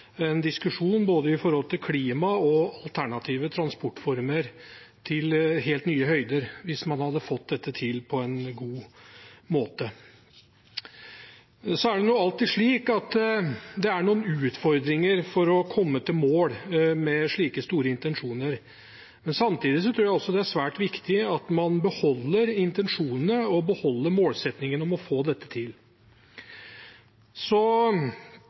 en diskusjon, både når det gjelder klima og alternative transportformer, til helt nye høyder, hvis man kan få dette til på en god måte. Så er det alltid slik at det er noen utfordringer med å komme i mål med slike store intensjoner. Samtidig tror jeg det er svært viktig at man beholder intensjonene og beholder målsettingen om å få dette til.